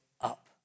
up